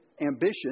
ambition